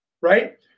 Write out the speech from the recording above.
right